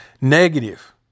Negative